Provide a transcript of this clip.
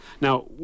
Now